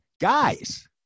guys